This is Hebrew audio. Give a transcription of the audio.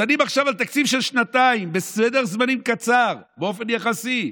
דנים עכשיו על תקציב של שנתיים בסד זמנים קצר באופן יחסי,